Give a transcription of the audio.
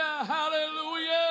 hallelujah